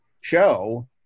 show